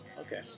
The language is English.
Okay